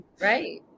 Right